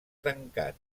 tancat